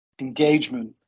engagement